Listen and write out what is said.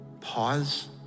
Pause